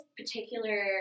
particular